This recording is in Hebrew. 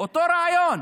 אותו רעיון.